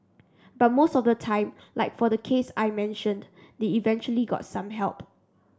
but most of the time like for the case I mentioned they eventually got some help